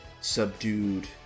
subdued